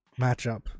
matchup